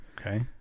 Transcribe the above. Okay